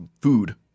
food